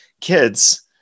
kids